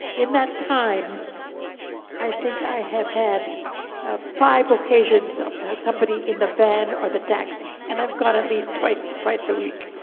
in that time i think i have had ah five occasions of somebody in the van or the taxi, and i've gone at least twice twice a week.